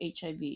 HIV